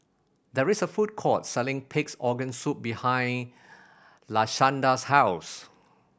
there is a food court selling Pig's Organ Soup behind Lashanda's house